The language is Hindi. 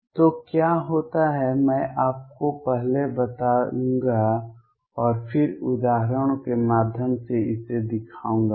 तो क्या होता है मैं आपको पहले बताऊंगा और फिर उदाहरणों के माध्यम से इसे दिखाऊंगा